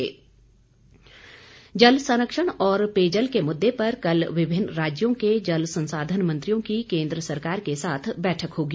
जल संरक्षण जल संरक्षण और पेयजल के मुद्दे पर कल विभिन्न राज्यों के जल संसाधन मंत्रियों की केंद्र सरकार के साथ बैठक होगी